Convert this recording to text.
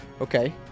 Okay